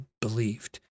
believed